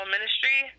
Ministry